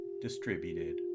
distributed